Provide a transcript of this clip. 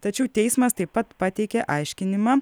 tačiau teismas taip pat pateikė aiškinimą